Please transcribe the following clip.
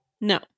No